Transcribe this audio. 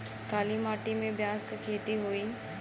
काली माटी में प्याज के खेती होई?